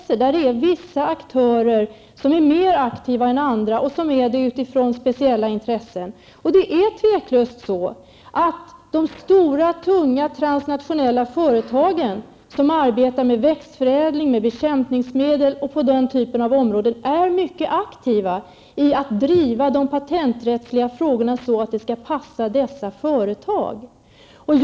Vissa aktörer är mer aktiva än andra beroende på speciella intressen. Det är otivelaktigt så att de stora, tunga transnationella företagen, som arbetar med växtförädling, bekämpningsmedel och sådant, är mycket aktiva när det gäller att driva de patenträttsliga frågorna, så att det passar företagen.